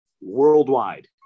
worldwide